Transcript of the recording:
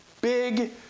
big